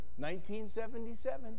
1977